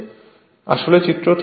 এটি আসলে চিত্র 3